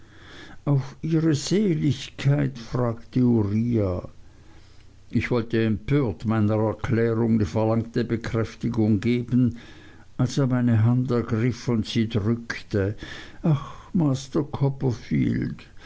auf ihre seligkeit fragte uriah ich wollte empört meiner erklärung die verlangte bekräftigung geben als er meine hand ergriff und sie drückte ach master copperfield